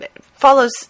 follows